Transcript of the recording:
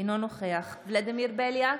אינו נוכח ולדימיר בליאק,